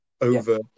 over